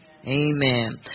Amen